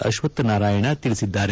ಅಶ್ವಥ್ ನಾರಾಯಣ ತಿಳಿಸಿದ್ದಾರೆ